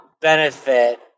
benefit